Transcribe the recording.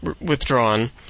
withdrawn